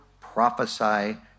prophesy